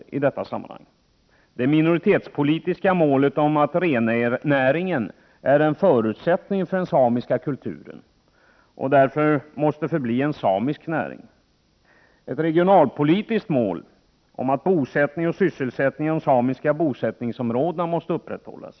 Det gäller för det första det minoritetspolitiska målet att ta hänsyn till att rennäringen är en förutsättning för den samiska kulturen och att näringen måste förbli en samisk näring. Vidare gäller det för det andra ett regionalpolitiskt mål. Bosättning och sysselsättning i de samiska bosättningsområdena måste upprätthållas.